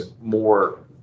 more